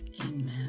Amen